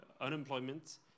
unemployment